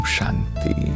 Shanti